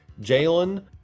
Jalen